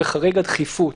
בחריג הדחיפות.